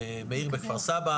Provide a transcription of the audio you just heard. במאיר בכפר סבא,